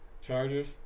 Chargers